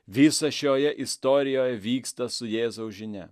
visa šioje istorijoje vyksta su jėzaus žinia